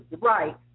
Right